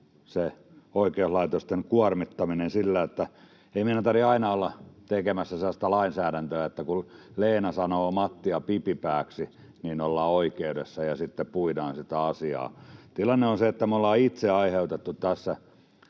se oikeuslaitoksen kuormittaminen — ei meidän tarvitse aina olla tekemässä sellaista lainsäädäntöä, että kun Leena sanoo Mattia pipipääksi, niin ollaan oikeudessa ja sitten puidaan sitä asiaa. Tilanne on se, että me ollaan itse aiheutettu tässä